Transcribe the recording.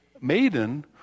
maiden